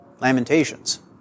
Lamentations